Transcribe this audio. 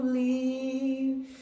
leave